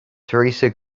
theresa